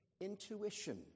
intuition